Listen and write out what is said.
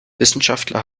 wissenschaftler